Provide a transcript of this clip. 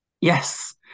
Yes